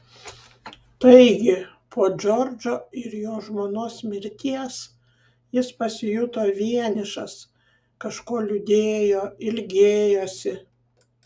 taigi po džordžo ir jo žmonos mirties jis pasijuto vienišas kažko liūdėjo ilgėjosi